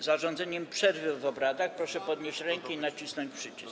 zarządzeniem przerwy w obradach, proszę podnieść rękę i nacisnąć przycisk.